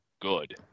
good